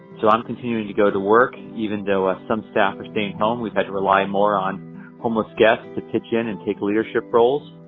so i'm continuing to go to work. even though ah some staff are staying home. we've had to rely more on homeless guests to pitch in and take leadership roles.